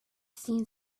seen